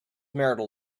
marital